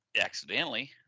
Accidentally